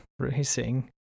racing